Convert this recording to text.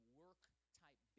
work-type